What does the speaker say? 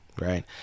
Right